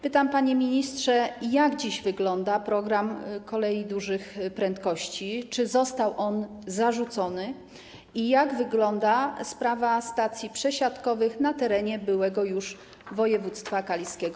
Pytam, panie ministrze, jak dziś wygląda program kolei dużych prędkości, czy został on zarzucony i jak wygląda sprawa stacji przesiadkowych na terenie byłego już województwa kaliskiego.